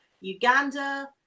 Uganda